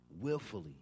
willfully